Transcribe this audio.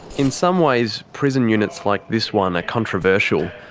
in some ways, prison units like this one are controversial.